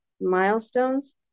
Milestones